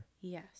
yes